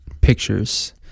pictures